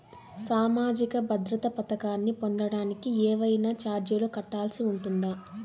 సామాజిక భద్రత పథకాన్ని పొందడానికి ఏవైనా చార్జీలు కట్టాల్సి ఉంటుందా?